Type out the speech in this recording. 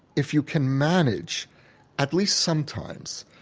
if you can manage at least sometimes,